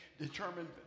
determined